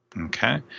Okay